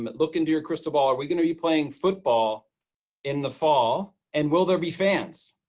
but look into your crystal ball. are we going to be playing football in the fall, and will there be fans?